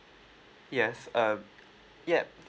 yes um yup